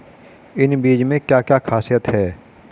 इन बीज में क्या क्या ख़ासियत है?